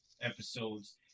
episodes